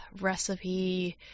recipe